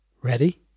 Ready